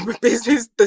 Business